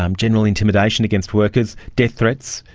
um general intimidation against workers, death threats.